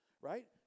Right